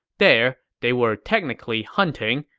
there, they were technically hunting,